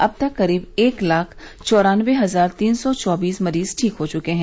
अब तक करीब एक लाख चौरानबे हजार तीन सौ चौबीस मरीज ठीक हो चुके हैं